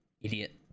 idiot